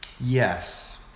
Yes